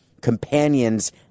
companions